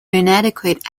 inadequate